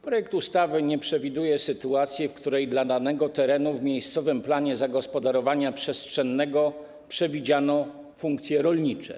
Projekt ustawy nie przewiduje sytuacji, w której dla danego terenu w miejscowym planie zagospodarowania przestrzennego przewidziano funkcje rolnicze.